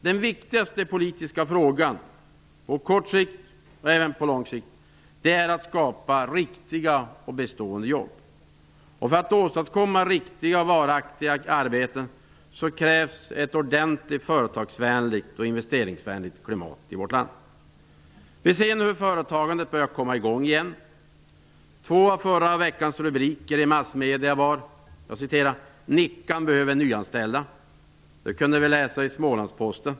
Den viktigaste politiska frågan på både kort och lång sikt är att skapa riktiga och bestående jobb. För att åstadkomma riktiga, varaktiga arbeten krävs ett ordentligt företags och investeringsvänligt klimat i vårt land. Vi ser nu hur företagandet börjar komma i gång igen. Förra veckans rubriker i massmedia var exempelvis ''Nickan behöver nyanställa''. Det kunde vi läsa i Smålandsposten.